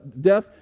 death